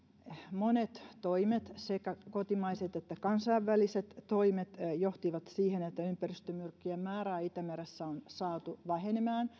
monet toimet sekä kotimaiset että kansainväliset toimet ovat johtaneet siihen että ympäristömyrkkyjen määrä itämeressä on saatu vähenemään